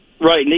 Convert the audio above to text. right